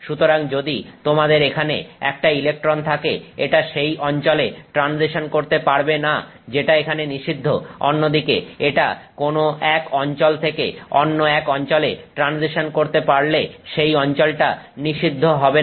সুতরাং যদি তোমাদের এখানে একটা ইলেকট্রন থাকে এটা সেই অঞ্চলে ট্রানজিশন করতে পারবে না যেটা এখানে নিষিদ্ধ অন্যদিকে এটা কোন এক অঞ্চল থেকে অন্য এক অঞ্চলে ট্রানজিশন করতে পারলে সেই অঞ্চলটা নিষিদ্ধ হবে না